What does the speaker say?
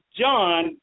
John